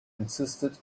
insisted